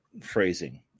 phrasing